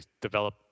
develop